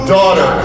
Daughter